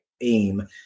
aim